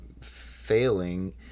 failing